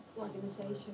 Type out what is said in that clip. organization